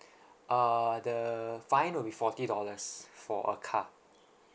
uh the fine will be forty dollars for a car